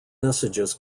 messages